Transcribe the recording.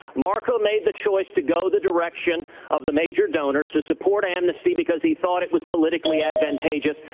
marco made the choice to go the direction of the major donors to support amnesty because he thought it was politically advantageous.